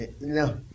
No